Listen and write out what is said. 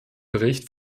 bericht